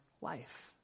life